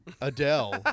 Adele